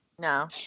no